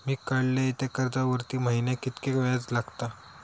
मी काडलय त्या कर्जावरती महिन्याक कीतक्या व्याज लागला?